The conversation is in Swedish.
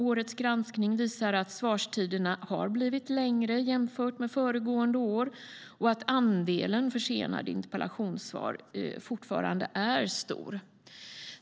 Årets granskning visar att svarstiderna har blivit längre jämfört med föregående år och att andelen försenade interpellationssvar fortfarande är stor.